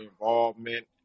involvement